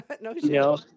No